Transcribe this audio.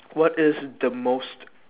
what is the most